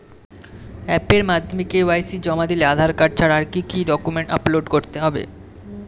অ্যাপের মাধ্যমে কে.ওয়াই.সি জমা দিলে আধার কার্ড ছাড়া আর কি কি ডকুমেন্টস আপলোড করতে হবে?